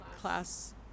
class